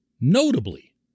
notably